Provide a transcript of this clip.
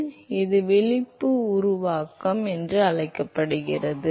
எனவே இது விழிப்பு உருவாக்கம் சரி என்று அழைக்கப்படுகிறது